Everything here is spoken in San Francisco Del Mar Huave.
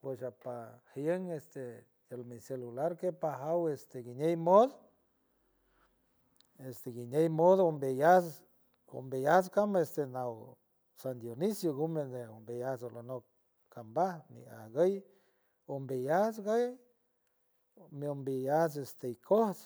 poshdata jien este el miel celular pajaw este guiñej moj, este guiñej umbeyuts can este naow san dionisio gume de umbeyuts alonock cambaj anguy umbeyuts ngoy mi umbeyuts ikoots.